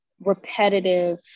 repetitive